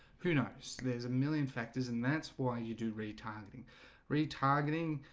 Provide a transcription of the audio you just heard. who knows there's a million factors and that's why you do retargeting retargeting